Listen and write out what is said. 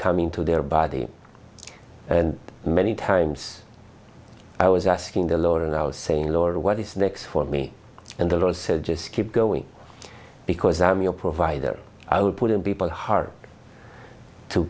coming to their body and many times i was asking the lord and i was saying lord what is next for me and the lord said just keep going because i am your provider i would put in people heart to